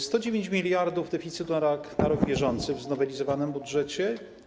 109 mld deficytu na rok bieżący w znowelizowanym budżecie.